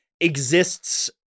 exists